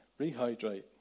rehydrate